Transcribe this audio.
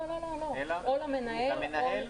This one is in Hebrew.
למנהל,